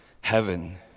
heaven